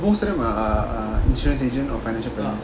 most of them are are are insurance agent or financial planners